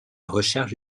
recherche